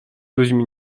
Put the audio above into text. ludźmi